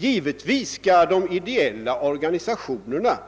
Givetvis skall även de ideella organisationerna